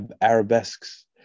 arabesques